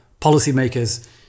policymakers